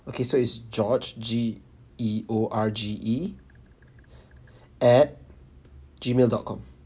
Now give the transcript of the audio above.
okay so is george G E O R G E at gmail dot com